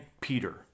Peter